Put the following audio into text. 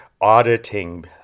auditing